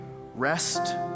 rest